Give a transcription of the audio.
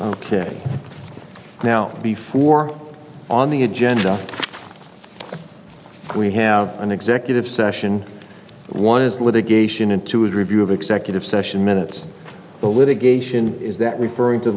kick now before on the agenda we have an executive session one is litigation and two is review of executive session minutes but litigation is that referring to